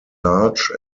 large